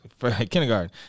kindergarten